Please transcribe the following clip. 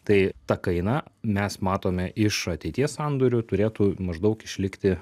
tai ta kaina mes matome iš ateities sandorių turėtų maždaug išlikti